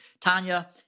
Tanya